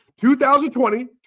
2020